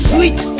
Sweet